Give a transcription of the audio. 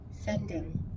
Sending